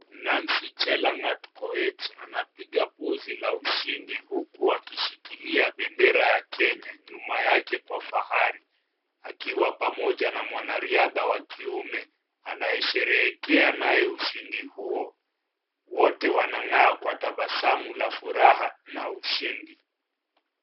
Nancy Chelagat Koech anapiga pozi la ushindi huku akishikilia bendera ya Kenya nyuma yake kwa fahari akiwa pamoja na mwanariadha wa kiume anayesherehekea naye ushindi huo. Wote wanangaa kwa tabasamu la furaha na ushindi.